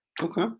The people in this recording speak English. Okay